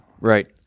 Right